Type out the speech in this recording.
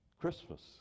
Christmas